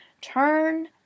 turn